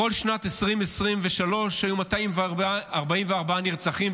בכל שנת 2023 היו 244 נרצחים,